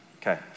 Okay